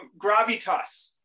gravitas